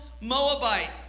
Moabite